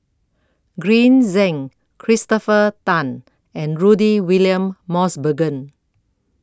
Green Zeng Christopher Tan and Rudy William Mosbergen